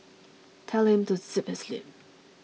tell him to zip his lip